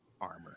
armor